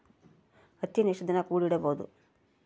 ಹತ್ತಿಯನ್ನು ಎಷ್ಟು ದಿನ ಕೂಡಿ ಇಡಬಹುದು?